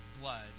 blood